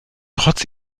trotz